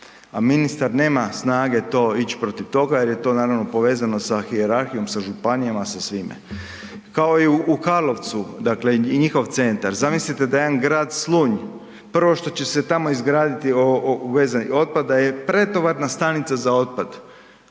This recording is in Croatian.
A ministar nema snage to, ići protiv toga jer je to naravno povezano sa hijerarhijom sa županijama sa svime. Kao i u Karlovcu, dakle i njihov centar, zamislite da jedan grad Slunj, prvo što će se tamo izgraditi u vezi otpada je pretovarna stanica za otpad.